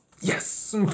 Yes